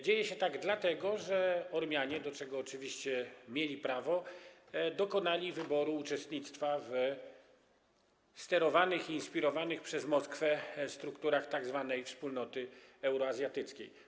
Dzieje się tak dlatego, że Ormianie, do czego oczywiście mieli prawo, dokonali wyboru uczestnictwa w sterowanych i inspirowanych przez Moskwę strukturach tzw. wspólnoty euroazjatyckiej.